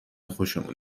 خوشمون